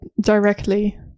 directly